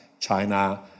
China